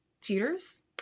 cheaters